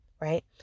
right